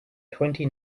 twenty